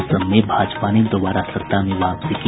असम में भाजपा ने दोबारा सत्ता में वापसी की